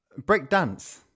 Breakdance